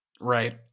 Right